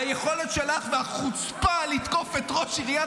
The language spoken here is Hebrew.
היכולת שלך והחוצפה לתקוף את ראש עיריית